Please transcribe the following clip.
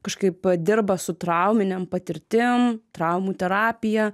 kažkaip dirba su trauminėm patirtim traumų terapija